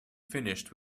finished